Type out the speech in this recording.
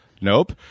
Nope